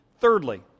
Thirdly